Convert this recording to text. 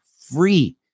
free